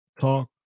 talk